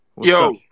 Yo